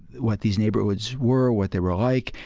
what these neighborhoods were, what they were like,